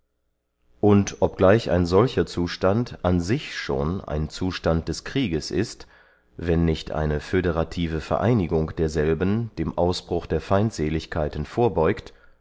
und obgleich ein solcher zustand an sich schon ein zustand des krieges ist wenn nicht eine föderative vereinigung derselben dem ausbruch der feindseligkeiten vorbeugt